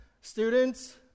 students